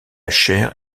chair